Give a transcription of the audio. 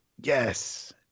Yes